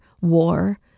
war